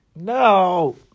No